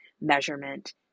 measurement